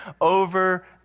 over